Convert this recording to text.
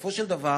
בסופו של דבר,